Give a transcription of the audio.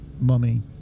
mummy